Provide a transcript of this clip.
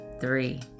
three